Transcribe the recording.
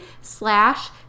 slash